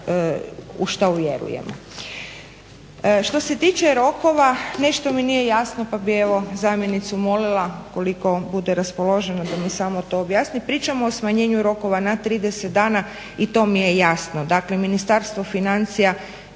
u što vjerujemo. Što se tiče rokova nešto mi nije jasno pa bih evo zamjenicu molila ukoliko bude raspoložena da mi samo to objasni. Pričamo o smanjenju rokova na 30 dana i to mi je jasno. Dakle, Ministarstvo financija